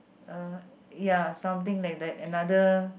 ah ya something like that another